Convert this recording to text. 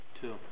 Two